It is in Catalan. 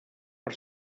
per